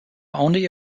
only